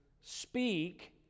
speak